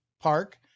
park